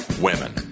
women